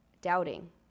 doubting